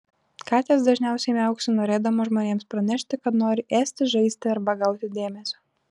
katės dažniausiai miauksi norėdamos žmonėms pranešti kad nori ėsti žaisti arba gauti dėmesio